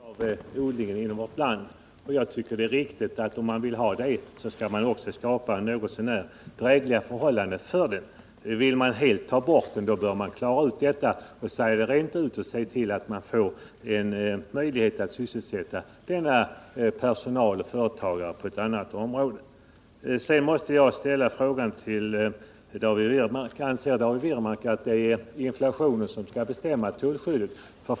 Herr talman! Jag sade att vi vill ha kvar en viss del av den odlingen inom vårt land. Om man vill det, tycker jag det är riktigt att man också skapar något så när drägliga inkomstförhållanden för de i denna odling sysselsatta. Vill man däremot helst ta bort hela odlingen, bör man säga detta rent ut och se till att man får en möjlighet att sysselsätta personalen och företagarna på något annat område. Sedan måste jag till David Wirmark ställa frågan: Anser David Wirmark att det är inflationen som skall bestämma tullskyddet?